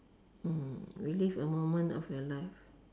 relive a moment of your life